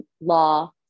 Law